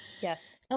yes